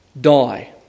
Die